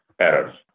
errors